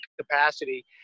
capacity